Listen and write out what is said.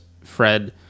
Fred